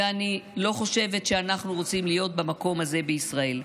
ואני לא חושבת שאנחנו רוצים להיות במקום הזה בישראל.